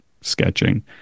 sketching